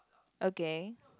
okay